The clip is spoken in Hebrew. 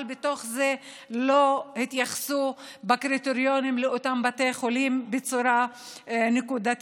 אבל בתוך זה לא התייחסו בקריטריונים לאותם בתי חולים בצורה נקודתית,